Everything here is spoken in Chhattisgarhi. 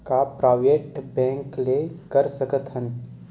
का प्राइवेट बैंक ले कर सकत हन?